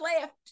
left